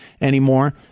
anymore